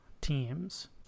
teams